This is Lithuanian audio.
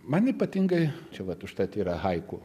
man ypatingai čia vat užtat yra haiku